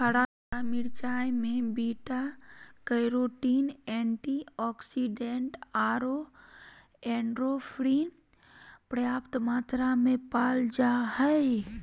हरा मिरचाय में बीटा कैरोटीन, एंटीऑक्सीडेंट आरो एंडोर्फिन पर्याप्त मात्रा में पाल जा हइ